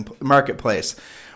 marketplace